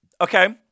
Okay